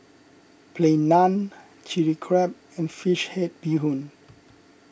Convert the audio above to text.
Plain Naan Chilli Crab and Fish Head Bee Hoon